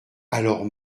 alors